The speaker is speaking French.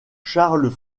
charles